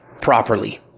properly